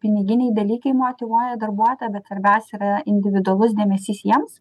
piniginiai dalykai motyvuoja darbuotoją bet svarbiausia yra individualus dėmesys jiems